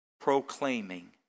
proclaiming